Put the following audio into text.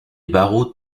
barreaux